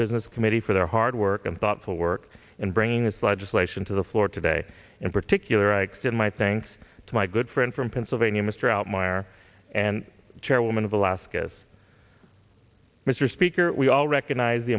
business committee for their hard work and thoughtful work and bringing its legislation to the floor today in particular i extend my thanks to my good friend from pennsylvania mr out mire and chairwoman of alaska's mr speaker we all recognize the